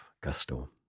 gusto